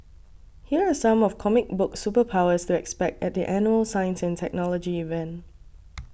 here are some of comic book superpowers to expect at the annual science and technology event